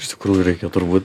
iš tikrųjų reikia turbūt